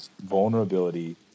vulnerability